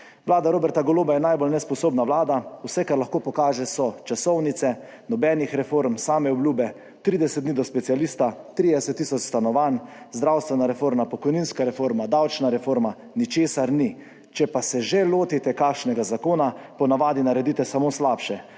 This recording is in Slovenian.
Vlada Roberta Goloba je najbolj nesposobna vlada. Vse, kar lahko pokaže, so časovnice. Nobenih reform, same obljube, 30 dni do specialista, 30 tisoč stanovanj, zdravstvena reforma, pokojninska reforma, davčna reforma, ničesar ni. Če pa se že lotite kakšnega zakona, po navadi naredite samo slabše,